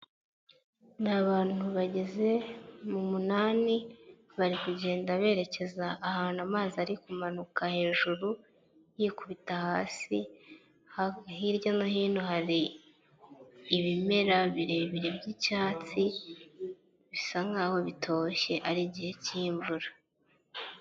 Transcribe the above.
Ni abantu bageze mu munani bari kugenda berekeza ahantu amazi ari kumanuka hejuru yikubita hasi, hirya no hino hari ibimera birebire by'icyatsi bisa nkaho bitoshye ari igihe cy'imvura.